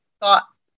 thoughts